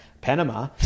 panama